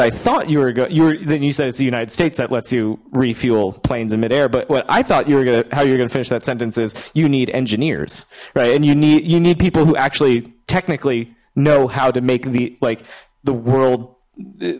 i thought you were good your then you said it's the united states that lets you refuel planes in midair but what i thought you were you're gonna finish that sentence is you need engineers right and you need you need people who actually technically know how to make the like the world lit